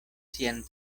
sian